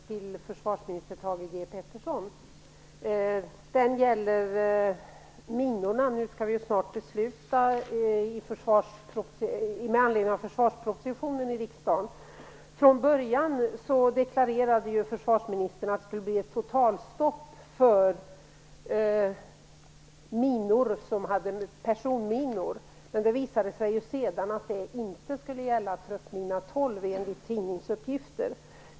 Fru talman! Jag skall ställa en fråga till försvarsminister Thage G Peterson. Den gäller minorna. Nu skall riksdagen snart fatta beslut med anledning av försvarspropositionen. Från början deklarerade försvarsministern att det skulle bli ett totalstopp för personminor. Sedan visade det sig att detta inte skulle gälla truppmina 12, enligt tidningsuppgifter.